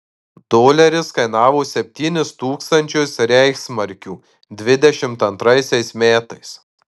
doleris kainavo septynis tūkstančius reichsmarkių dvidešimt antraisiais metais